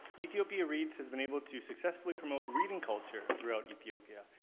ethiopia reads has been able to successfully promote reading culture throughout ethiopia,